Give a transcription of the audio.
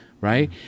right